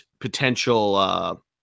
potential